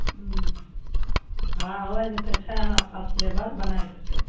हँ हँ होए जेतै छै हमरा पास लेबर बनाए देतै